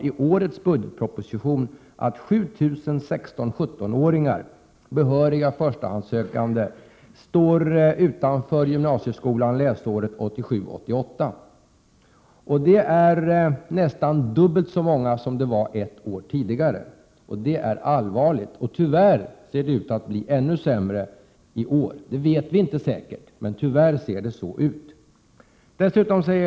I årets budgetproposition står klart att 7 000 16-17-åringar, behöriga förstahandssökande, hamnar utanför gymnasieskolan läsåret 1987/88. Det är nästan dubbelt så många som ett år tidigare. Det är allvarligt. Tyvärr ser det ut att bli ännu sämre i år. Vi vet inte säkert, men tyvärr ser det så ut.